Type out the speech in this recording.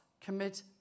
commit